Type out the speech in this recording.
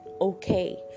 okay